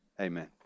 Amen